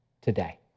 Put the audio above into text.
today